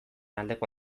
aldeko